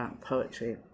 poetry